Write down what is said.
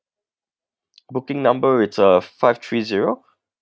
booking number it's uh five three zero